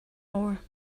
ore